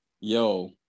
yo